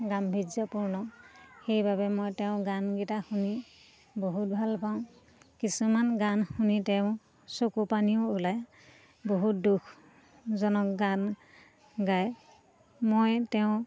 গাম্ভীৰ্যপূৰ্ণ সেইবাবে মই তেওঁ গানকেইটা শুনি বহুত ভাল পাওঁ কিছুমান গান শুনি তেওঁ চকু পানীও ওলায় বহুত দুখজনক গান গায় মই তেওঁ